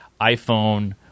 iphone